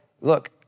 look